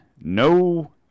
no